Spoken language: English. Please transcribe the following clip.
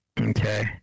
okay